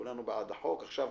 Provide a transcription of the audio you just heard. כולנו בעד החוק" ועכשיו,